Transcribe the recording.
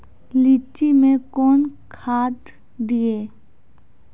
लीची मैं कौन खाद दिए?